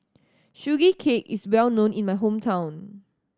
Sugee Cake is well known in my hometown